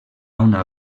una